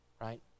right